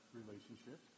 relationship